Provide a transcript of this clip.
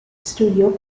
studio